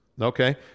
Okay